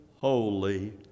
holy